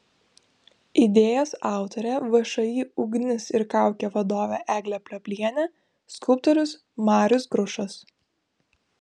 idėjos autorė všį ugnis ir kaukė vadovė eglė plioplienė skulptorius marius grušas